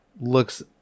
looks